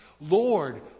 Lord